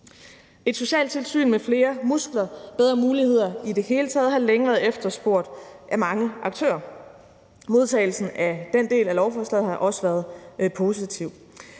Et socialtilsyn med flere muskler og bedre muligheder i det hele taget har længe været efterspurgt af mange aktører. Modtagelsen af den del af lovforslaget har også været positiv.